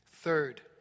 Third